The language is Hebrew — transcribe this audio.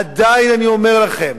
עדיין אני אומר לכם: